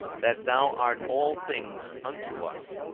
that thou art all things unto us.